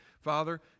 Father